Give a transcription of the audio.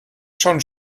schon